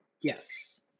Yes